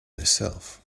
myself